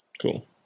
cool